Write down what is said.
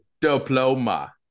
diploma